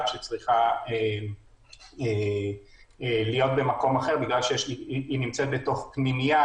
שצריכה להיות במקום אחר בגלל שהיא נמצאת בתוך פנימייה